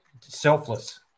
selfless